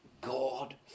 God